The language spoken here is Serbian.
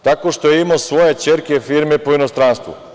Tako što je imao svoje ćerke firme po inostranstvu.